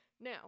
now